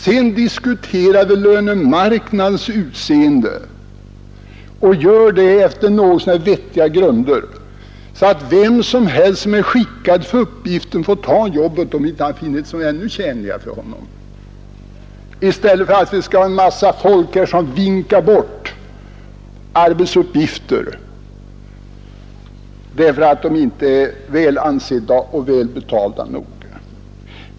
Därpå diskuterar vi lönemarknadens utseende och gör det efter något så när vettiga grunder, så att vem som helst som är skickad för uppgiften får ta jobbet, om han inte finner något som är ännu mer tjänligt för honom. I stället har vi en massa folk som viftar. bort arbetsuppgifter därför att jobben inte är ansedda och välbetalda nog.